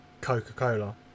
coca-cola